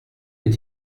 est